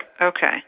Okay